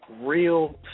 real